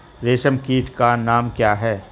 रेशम कीट का नाम क्या है?